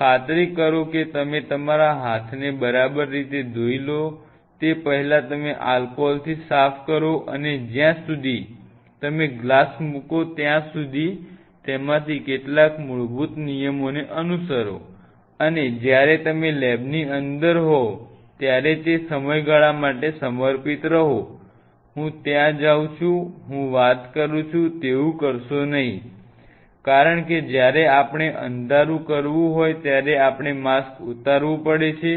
ખાતરી કરો કે તમે તમારા હાથને બધી રીતે ધોઈ લો તે પહેલાં તમે આલ્કોહોલથી સાફ કરો અને જ્યાં સુધી તમે ગ્લાસ મૂકો ત્યાં સુધી તેમાંથી કેટલાક મૂળભૂત નિયમોને અનુસરો અને જ્યારે તમે લેબની અંદર હોવ ત્યારે તે સમયગાળા માટે સમર્પિત રહો હું ત્યાં જાઉં છું હું વાત કરું છું તેવું કરશો નહિં કારણ કે જ્યારે આપણે અંધારું કરવું હોય ત્યારે આપણે માસ્ક ઉતારવું પડે છે